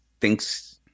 thinks